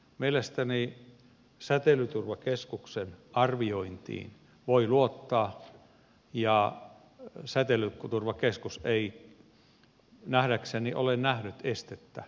mielestäni säteilyturvakeskuksen arviointiin voi luottaa ja säteilyturvakeskus ei nähdäkseni ole nähnyt estettä periaatepäätöksen tekemiselle